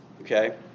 okay